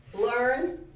Learn